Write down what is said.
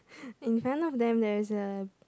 in front of them there is a